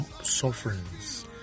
sufferings